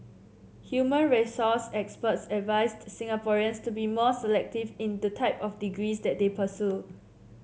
human resource experts advised Singaporeans to be more selective in the type of degrees that they pursue